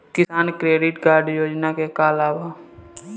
किसान credit card योजना के का का लाभ ह?